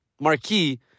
marquee